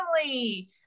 family